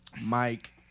Mike